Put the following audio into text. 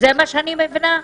זה מה שאני מבינה?